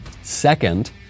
Second